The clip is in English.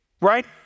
right